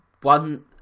One